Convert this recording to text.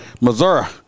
Missouri